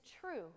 true